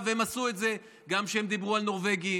והם עשו את זה גם כשהם דיברו על נורבגים,